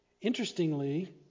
Interestingly